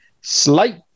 slight